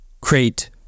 create